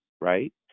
right